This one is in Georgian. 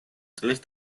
წლის